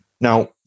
Now